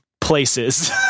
places